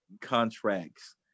contracts